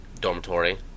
dormitory